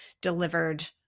delivered